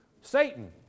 Satan